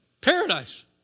Paradise